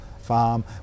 farm